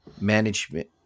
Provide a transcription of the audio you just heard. management